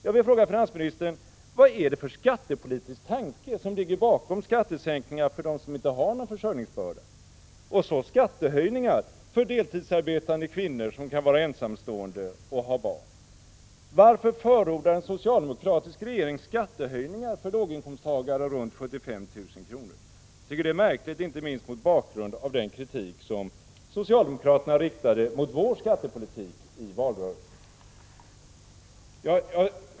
Jag vill fråga finansministern: Vad är det för skattepolitisk tanke som ligger bakom skattesänkningar för dem som inte har någon försörjningsbörda och så skattehöjningar för deltidsarbetande kvinnor som kan vara ensamstående och ha barn? Varför förordar en socialdemokratisk regering skattehöjningar för låginkomsttagare med en inkomst på i runt tal 75 000 kr.? Jag tycker det är märkligt inte minst mot bakgrund av den kritik som socialdemokraterna riktade mot vår skattepolitik i valrörelsen.